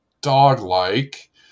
dog-like